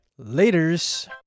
Laters